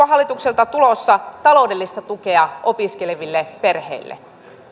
hallitukselta tulossa taloudellista tukea opiskeleville perheille arvoisa